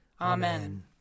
Amen